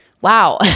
wow